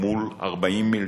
מול 40 מיליון.